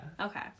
Okay